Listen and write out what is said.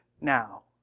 now